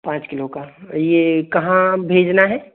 पाँच किलो का तो ये कहाँ भेजना है